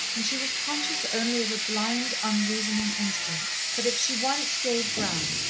and she was conscious only of a blind, unreasoning instinct that if she once gave ground,